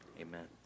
amen